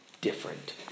different